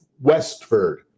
Westford